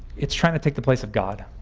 it's trying to take the place of god.